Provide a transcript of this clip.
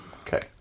Okay